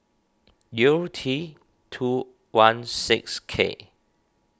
U T two one six K